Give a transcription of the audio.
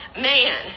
man